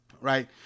right